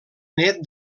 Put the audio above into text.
nét